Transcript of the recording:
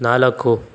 ನಾಲ್ಕು